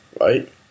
right